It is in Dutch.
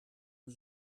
een